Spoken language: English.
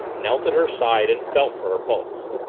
knelt at her side and felt for her pulse.